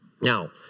Now